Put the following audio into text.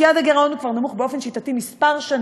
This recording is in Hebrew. יעד הגירעון הוא כבר נמוך באופן שיטתי כמה שנים,